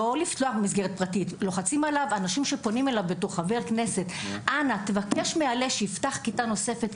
אנשים לוחצים עליו בתור חבר כנסת שיבקש מעל״ה לפתוח עוד כיתות.